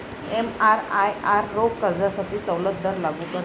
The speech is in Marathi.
एमआरआयआर रोख कर्जासाठी सवलत दर लागू करते